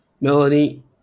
Melanie